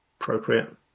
appropriate